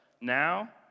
now